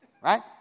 right